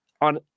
on